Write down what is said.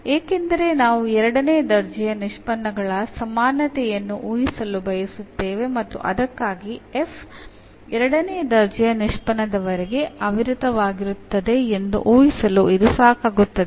ಏಕೆಂದರೆ ನಾವು ಎರಡನೇ ದರ್ಜೆಯ ನಿಷ್ಪನ್ನಗಳ ಸಮಾನತೆಯನ್ನು ಊಹಿಸಲು ಬಯಸುತ್ತೇವೆ ಮತ್ತು ಅದಕ್ಕಾಗಿ f ಎರಡನೇ ದರ್ಜೆಯ ನಿಷ್ಪನ್ನದವರೆಗೆ ಅವಿರತವಾಗಿರುತ್ತದೆ ಎಂದು ಊಹಿಸಲು ಇದು ಸಾಕಾಗುತ್ತದೆ